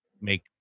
make